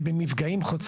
ובנפגעים חוצה גבולות.